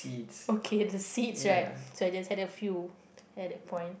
okay the seeds right so I just had a few at that point